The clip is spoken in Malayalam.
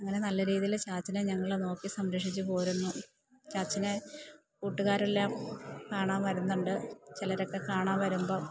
അങ്ങനെ നല്ല രീതിയിൽ ചാച്ചനേ ഞങ്ങള് നോക്കി സംരക്ഷിച്ച് പോരുന്നു ചാച്ചനേ കൂട്ടുകാരെല്ലാം കാണാൻ വരുന്നുണ്ട് ചിലരൊക്കെ കാണാൻ വരുമ്പം